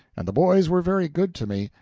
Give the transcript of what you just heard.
and the boys were very good to me,